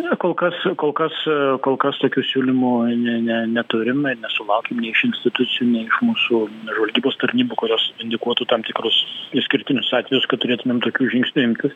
na kol kas kol kas kol kas tokių siūlymų ne ne neturim ir nesulaukėm nei iš institucijų nei iš mūsų žvalgybos tarnybų kurios indikuotų tam tikrus išskirtinius atvejus kad turėtumėm tokių žingsnių imtis